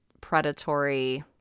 predatory